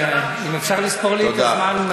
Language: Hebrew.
אם אפשר לספור לי את הזמן מאז שאני מתחיל.